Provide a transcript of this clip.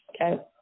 okay